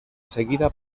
seguida